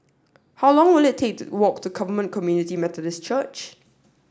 how long will it take to walk to Covenant Community Methodist Church